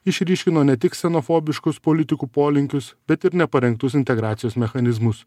išryškino ne tik ksenofobiškus politikų polinkius bet ir neparengtus integracijos mechanizmus